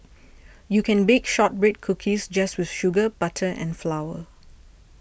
you can bake Shortbread Cookies just with sugar butter and flour